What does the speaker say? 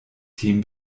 team